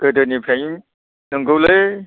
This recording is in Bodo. गोदोनिफ्रायनो नंगौलै